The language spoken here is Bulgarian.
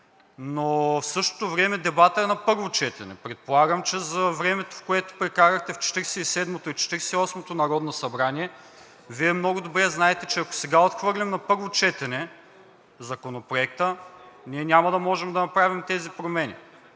но в същото време дебатът е на първо четене. Предполагам, че за времето, в което прекарахте в Четиридесет и седмото и Четиридесет и осмото народно събрание, Вие много добре знаете, че ако сега отхвърлим на първо четене Законопроекта, няма да можем да направим тези промени.